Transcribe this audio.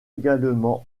également